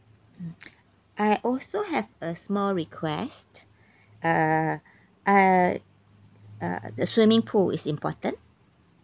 mm I also have a small request uh uh uh the swimming pool is important